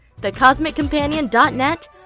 thecosmiccompanion.net